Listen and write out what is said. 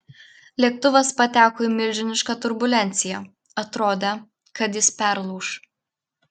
lėktuvas pateko į milžinišką turbulenciją atrodė kad jis perlūš